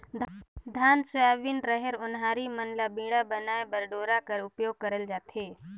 धान, सोयाबीन, रहेर, ओन्हारी मन ल बीड़ा बनाए बर डोरा कर उपियोग करल जाथे